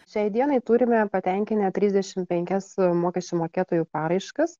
šiai dienai turime patenkinę trisdešim penkias mokesčių mokėtojų paraiškas